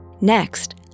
Next